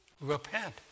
Repent